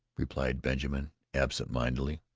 replied benjamin absent-mindedly.